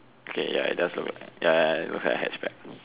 okay ya it does look like ya ya ya it looks like a hatch bag